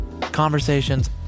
Conversations